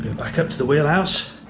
back up to the wheelhouse,